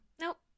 Nope